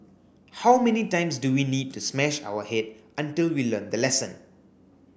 how many times do we need to smash our head until we learn the lesson